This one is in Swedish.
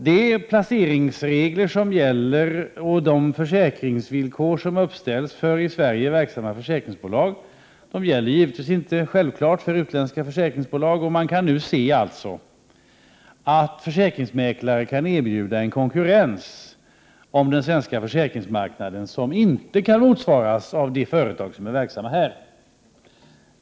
De placeringsregler som gäller och de försäkringsvillkor som uppställs för i Sverige verksamma försäkringsbolag gäller givetvis inte för utländska försäkringsbolag. Man kan nu se att försäkringsmäklare kan erbjuda en konkurrens om den svenska försäkringsmarknaden som inte kan motsvaras av de företag som är verksamma här.